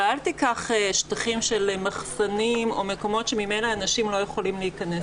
אבל אל תיקח שטחים של מחסנים או מקומות שמהם אנשים לא יכולים להיכנס,